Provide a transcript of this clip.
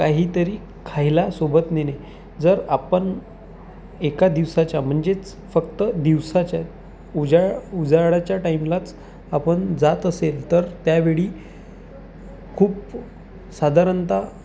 काहीतरी खायला सोबत नेणे जर आपण एका दिवसाच्या म्हणजेच फक्त दिवसाच्या उजा उजाळाच्या टाईमलाच आपण जात असेल तर त्यावेळी खूप साधारणतः